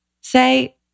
say